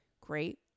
great